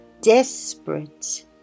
desperate